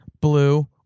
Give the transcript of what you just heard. blue